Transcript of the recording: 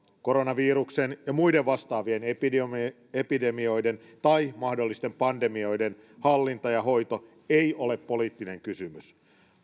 koronaviruksen ja muiden vastaavien epidemioiden epidemioiden tai mahdollisten pandemioiden hallinta ja hoito ei ole poliittinen kysymys